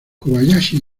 kobayashi